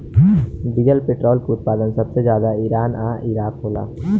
diesel petrol के उत्पादन सबसे ज्यादा ईरान आ इराक होला